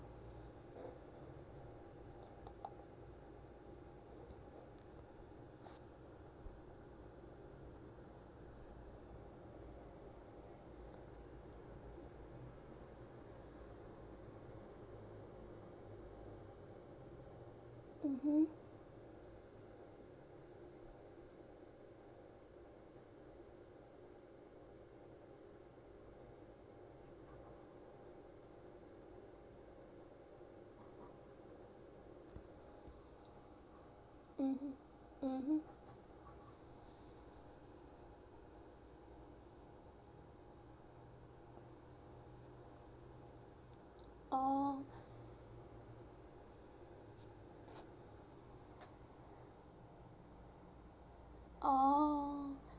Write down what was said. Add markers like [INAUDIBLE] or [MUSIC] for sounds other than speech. mmhmm mmhmm mmhmm [NOISE] orh orh